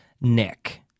Nick